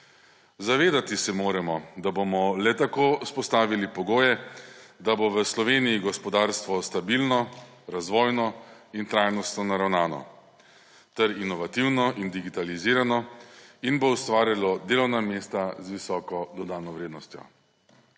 Zavedati se moramo, da bomo le tako vzpostavili pogoje, da bo v Sloveniji gospodarstvo stabilno, razvojno in trajnostno naravnano ter inovativno in digitalizirano in bo ustvarjalo delovna mesta z visoko dodano vrednostjo.